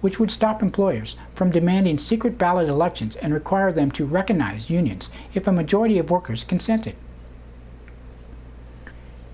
which would stop employers from demanding secret ballot elections and require them to recognize unions if a majority of workers consented